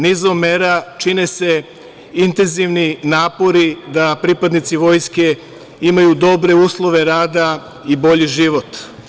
Nizom mera čine se intenzivni napori da pripadnici vojske imaju dobre uslove rada i bolji život.